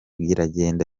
biragenda